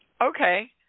Okay